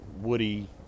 Woody